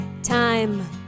time